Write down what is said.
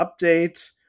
update